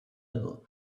ill